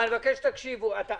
אני מבקש רק לומר: